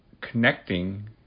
connecting